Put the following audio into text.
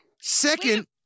Second